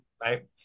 Right